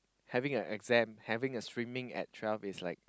having a exam having a streaming at twelve is like